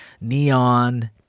neon